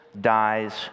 dies